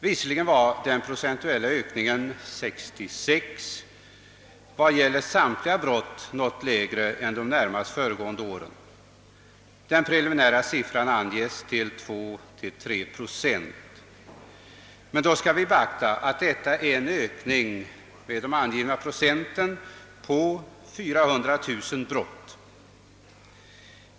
Visserligen var den procentuella ökningen under år 1966 i fråga om samtliga brott något lägre än under de närmast föregående åren. Den preliminära siffran anges vara 2—3 procent. Det bör beaktas att det angivna procenttalet för ökningen är beräknat på 400 000 brott.